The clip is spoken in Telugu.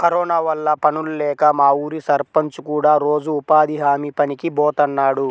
కరోనా వల్ల పనుల్లేక మా ఊరి సర్పంచ్ కూడా రోజూ ఉపాధి హామీ పనికి బోతన్నాడు